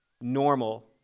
normal